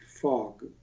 fog